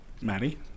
Maddie